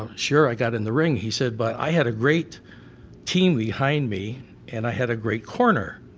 ah sure i got in the ring he said but i had a great team behind me and i had a great corner.